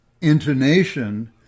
intonation